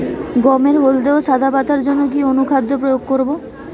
গমের হলদে ও সাদা পাতার জন্য কি অনুখাদ্য প্রয়োগ করব?